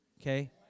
Okay